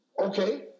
Okay